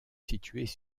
situés